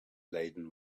laden